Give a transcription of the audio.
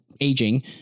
aging